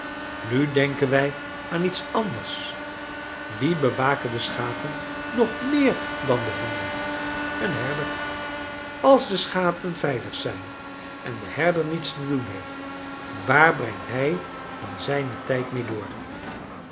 nu denken wij aan iets anders wie bewaken de schapen nog meer dan de honden een herder als de schapen veilig zijn en de herder niets te doen heeft waar brengt hij dan zijn tijd mee door